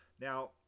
Now